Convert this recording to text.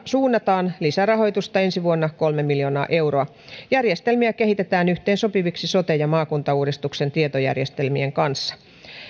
suunnataan lisärahoitusta ensi vuonna kolme miljoonaa euroa järjestelmiä kehitetään yhteensopiviksi sote ja maakuntauudistuksen tietojärjestelmien kanssa